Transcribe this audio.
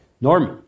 Norman